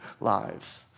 lives